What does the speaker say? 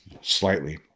slightly